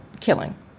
killing